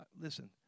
listen